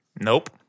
Nope